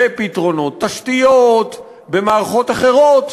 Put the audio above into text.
פתרונות תשתיות ומערכות אחרות